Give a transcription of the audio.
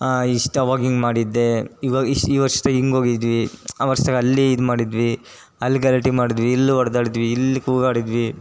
ಇಷ್ಟು ಅವಾಗ ಹಿಂಗೆ ಮಾಡಿದ್ದೆ ಇವಾಗ ಇಷ್ ಈ ವರ್ಷ ಹಿಂಗೆ ಹೋಗಿದ್ವಿ ಆ ವರ್ಷ ಅಲ್ಲಿ ಇದು ಮಾಡಿದ್ವಿ ಅಲ್ಲಿ ಗಲಾಟೆ ಮಾಡಿದ್ವಿ ಇಲ್ಲಿ ಹೊಡೆದಾಡ್ದ್ವಿ ಇಲ್ಲಿ ಕೂಗಾಡಿದ್ವಿ